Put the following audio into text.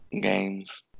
games